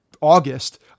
August